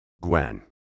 Gwen